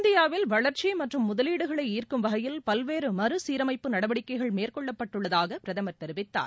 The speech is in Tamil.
இந்தியாவில் வளர்ச்சி மற்றும் முதலீடுகளை ஈர்க்கும் வகையில் பல்வேறு மறுசீரமைப்பு நடவடிக்கைகள் மேற்கொள்ளப்பட்டுள்ளதாக பிரதமர் தெரிவித்தார்